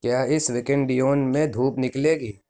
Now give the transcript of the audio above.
کیا اس weekend Devon میں دھوپ نکلے گی